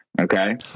Okay